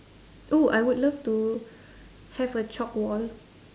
oo I would love to have a chalk wall